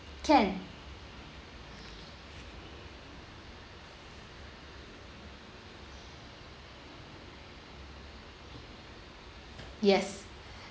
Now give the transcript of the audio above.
can yes